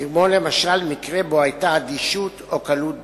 כמו, למשל, במקרה שבו היתה אדישות או קלות דעת.